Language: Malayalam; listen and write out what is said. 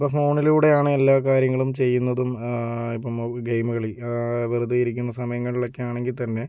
ഇപ്പോൾ ഫോണിലൂടെ ആണ് എല്ലാ കാര്യങ്ങളും ചെയ്യുന്നതും ഇപ്പോൾ ഗെയിം കളി വെറുതെ ഇരിക്കുന്ന സമയങ്ങളിലൊക്കെ ആണെങ്കിൽ തന്നെ